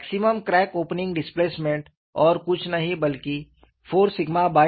maximum crack opening displacement और कुछ नहीं बल्कि 4E है